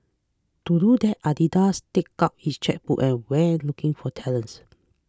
to do that Adidas took out its chequebook and went looking for talents